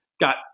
got